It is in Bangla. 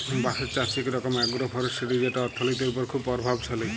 বাঁশের চাষ ইক রকম আগ্রো ফরেস্টিরি যেট অথ্থলিতির উপর খুব পরভাবশালী